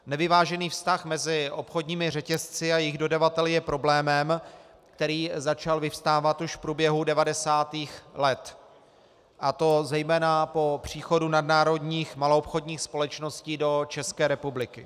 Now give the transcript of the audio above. Nevyvážený vztah mezi obchodními řetězci a jejich dodavateli je problémem, který začal vyvstávat už v průběhu devadesátých let, a to zejména po příchodu nadnárodních maloobchodních společností do České republiky.